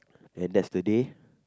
and that's the day